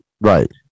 Right